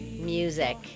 music